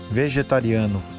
vegetariano